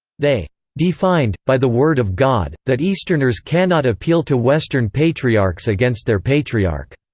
they defined, by the word of god, that easterners cannot appeal to western patriarchs against their patriarch.